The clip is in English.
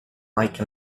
like